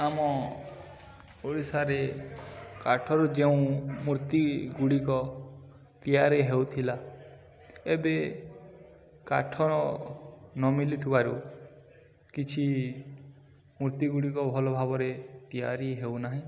ଆମ ଓଡ଼ିଶାରେ କାଠରୁ ଯେଉଁ ମୂର୍ତ୍ତି ଗୁଡ଼ିକ ତିଆରି ହେଉଥିଲା ଏବେ କାଠ ନ ମିଳିଥିବାରୁ କିଛି ମୂର୍ତ୍ତି ଗୁଡ଼ିକ ଭଲ ଭାବରେ ତିଆରି ହେଉ ନାହିଁ